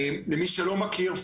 למי שלא מכיר,